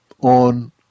on